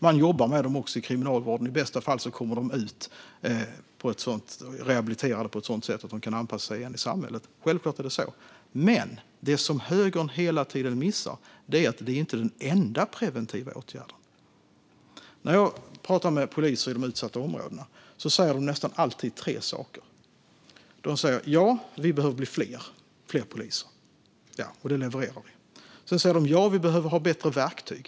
Man jobbar också med dem inom Kriminalvården, och i bästa fall kommer de ut rehabiliterade på ett sådant sätt att de kan anpassa sig i samhället igen. Självklart är det så. Men det som högern hela tiden missar är att detta inte är den enda preventiva åtgärden. När jag pratar med poliser i de utsatta områdena säger de nästan alltid tre saker. De säger: Ja, vi behöver bli fler poliser. Det levererar vi. Sedan säger de: Ja, vi behöver ha bättre verktyg.